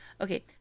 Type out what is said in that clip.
Okay